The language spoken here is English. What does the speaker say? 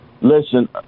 Listen